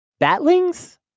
Batlings